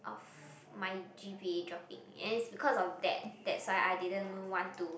of my g_p_a dropping and is because of that that's why I didn't want to